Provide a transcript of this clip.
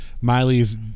Miley's